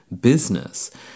business